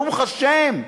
ברוך השם,